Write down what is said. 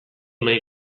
nahi